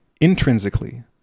Intrinsically